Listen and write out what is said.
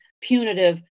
punitive